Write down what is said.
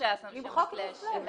למחוק את ה-סלש.